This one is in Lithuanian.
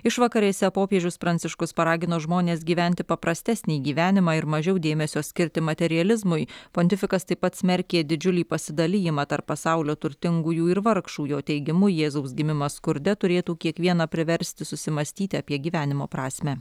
išvakarėse popiežius pranciškus paragino žmones gyventi paprastesnį gyvenimą ir mažiau dėmesio skirti materializmui pontifikas taip pat smerkė didžiulį pasidalijimą tarp pasaulio turtingųjų ir vargšų jo teigimu jėzaus gimimas skurde turėtų kiekvieną priversti susimąstyti apie gyvenimo prasmę